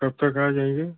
कब तक आ जाएँगे